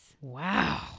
Wow